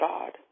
God